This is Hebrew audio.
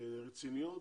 רציניות